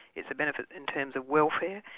it's a benefit in terms of welfare,